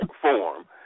form